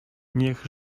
niech